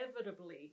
inevitably